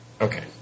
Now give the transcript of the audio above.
Okay